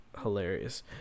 hilarious